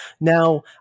Now